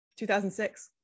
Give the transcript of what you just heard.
2006